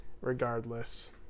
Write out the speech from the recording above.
regardless